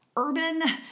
Urban